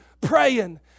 praying